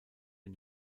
den